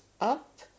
up